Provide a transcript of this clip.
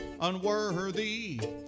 unworthy